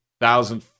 thousand